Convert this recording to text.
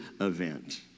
event